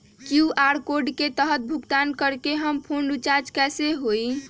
QR code के तहद भुगतान करके हम फोन रिचार्ज कैसे होई?